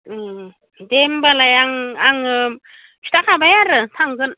दे होमब्लालाय आं आङो खिथाखाबाय आरो थांगोन